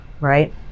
right